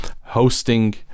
hosting